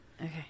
Okay